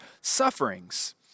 sufferings